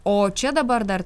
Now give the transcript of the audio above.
o čia dabar dar